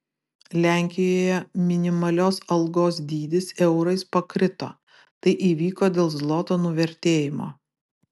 lenkijoje minimalios algos dydis eurais pakrito tai įvyko dėl zloto nuvertėjimo